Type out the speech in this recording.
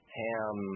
ham